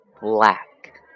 Black